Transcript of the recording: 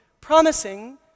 promising